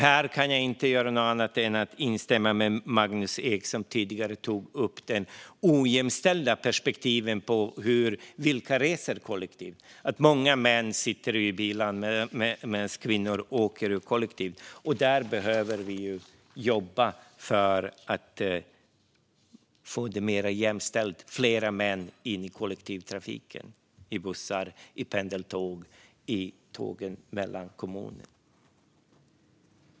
Här kan jag inte annat än instämma med Magnus Ek, som tidigare tog upp det ojämställda perspektivet när det gäller vilka som reser kollektivt. Många män sitter i bilar medan kvinnor åker kollektivt. Vi behöver jobba för att få det mer jämställt och få fler män i kollektivtrafiken - på bussar, pendeltåg och tåg mellan kommuner.